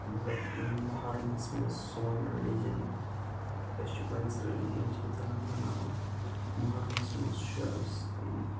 مطلب مُحرمَس منٛز سون ریٚلیٖجَن أسۍ چھِ پَنٛنِس ریٚلیٖجَن چھِ أسۍ زیادٕ بَناوان مُحرمَس منٛز چھُ أسۍ